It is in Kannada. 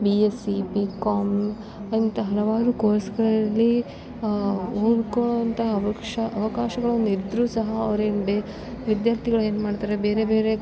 ಬಿ ಎಸ್ಸಿ ಬಿ ಕಾಂ ಅಂತ ಹಲವಾರು ಕೋರ್ಸ್ಗಳಲ್ಲಿ ಉಳ್ಕೊಳ್ಳುವಂಥ ಅವಕಾಶ ಅವಕಾಶಗಳನ್ನು ಇದ್ರು ಸಹ ಅವ್ರೆನು ಬೆ ವಿದ್ಯಾರ್ಥಿಗಳ್ ಏನು ಮಾಡ್ತಾರೆ ಬೇರೆ ಬೇರೆ